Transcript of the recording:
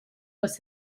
was